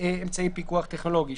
ובאמצעי פיקוח טכנולוגי.